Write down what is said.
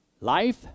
life